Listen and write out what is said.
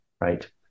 right